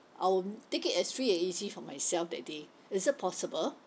I'll take it as free and easy for myself that day is it possible